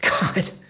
God